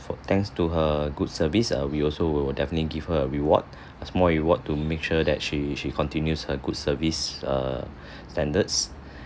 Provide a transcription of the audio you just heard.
for thanks to her good service uh we also will will definitely give her a reward a small reward to make sure that she she continues her good service err standards